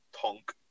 tonk